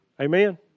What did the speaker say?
Amen